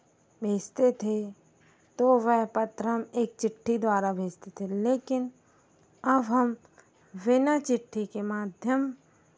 भेजते थे तो वह पत्र हम एक चिट्ठी द्वारा भेजते थे लेकिन अब हम बिना चिट्ठी के माध्यम